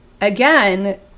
again